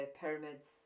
pyramids